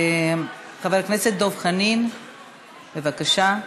חבר הכנסת דב חנין, בבקשה.